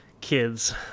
Kids